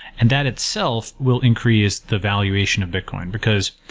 and that itself will increase the valuation of bitcoin, because,